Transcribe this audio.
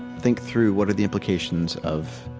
think through what are the implications of,